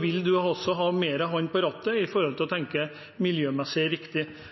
vil de også ha hånden mer på rattet når det gjelder å tenke miljømessig riktig